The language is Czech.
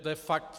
To je fakt.